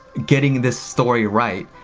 getting this story right,